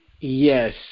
Yes